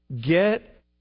Get